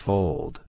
Fold